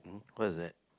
what is that